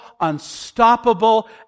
unstoppable